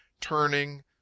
turning